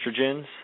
estrogens